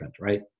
right